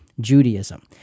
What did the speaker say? Judaism